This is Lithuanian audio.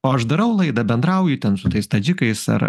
o aš darau laidą bendrauju ten su tais tadžikais ar